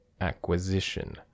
acquisition